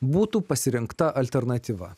būtų pasirinkta alternatyva